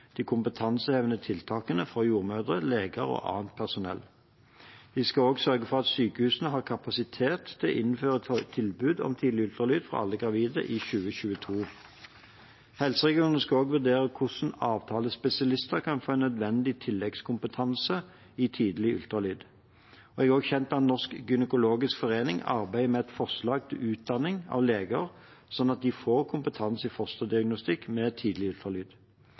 de kompetansehevende tiltakene for jordmødre, leger og annet personell. De skal også sørge for at sykehusene har kapasitet til å innføre tilbud om tidlig ultralyd for alle gravide i 2022. Helseregionene skal også vurdere hvordan avtalespesialister kan få en nødvendig tilleggskompetanse i tidlig ultralyd. Jeg er også kjent med at Norsk gynekologisk forening arbeider med et forslag til utdanning av leger, slik at de får kompetanse i fosterdiagnostikk med tidlig